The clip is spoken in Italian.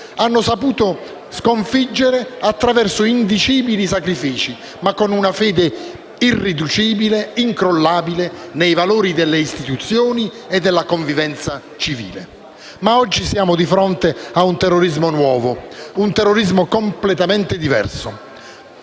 hanno saputo sconfiggere attraverso indicibili sacrifici, ma con una fede irriducibile e incrollabile nei valori delle istituzioni e della convivenza civile. Ma oggi siamo di fronte a un terrorismo nuovo, un terrorismo completamente diverso